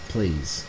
Please